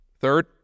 Third